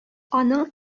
аның